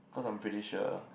because I'm pretty sure